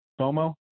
FOMO